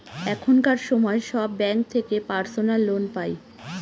এখনকার সময় সব ব্যাঙ্ক থেকে পার্সোনাল লোন পাই